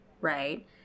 right